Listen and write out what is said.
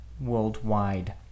worldwide